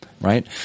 right